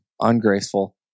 ungraceful